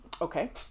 okay